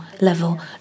level